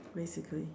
basically